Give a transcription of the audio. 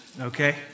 okay